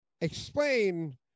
explain